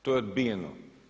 To je odbijeno.